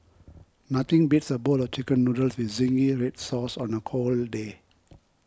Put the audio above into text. nothing beats a bowl of Chicken Noodles with Zingy Red Sauce on a cold day